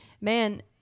man